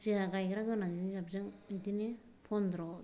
जोंहा गायग्रा गोनांजों जाबजों बिदिनो पनद्र'